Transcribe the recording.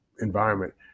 environment